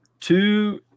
Two